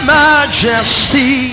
majesty